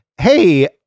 hey